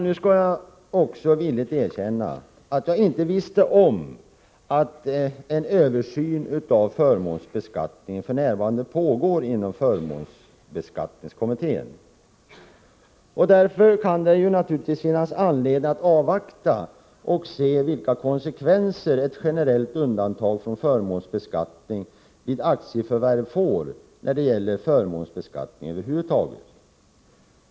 Nu skall jag villigt erkänna att jag inte visste om att en översyn av förmånsbeskattningen f. n. pågår inom förmånsbeskattningskommittén. Det kan naturligtvis finnas anledning att avvakta och se vilka konsekvenser ett generellt undantag från förmånsbeskattning vid aktieförvärv får när det gäller förmånsbeskattning över huvud taget.